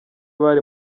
bari